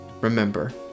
remember